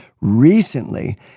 recently